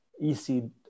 easy